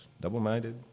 double-minded